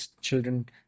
children